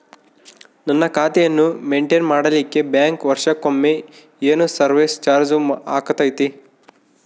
ನನ್ನ ಖಾತೆಯನ್ನು ಮೆಂಟೇನ್ ಮಾಡಿಲಿಕ್ಕೆ ಬ್ಯಾಂಕ್ ವರ್ಷಕೊಮ್ಮೆ ಏನು ಸರ್ವೇಸ್ ಚಾರ್ಜು ಹಾಕತೈತಿ?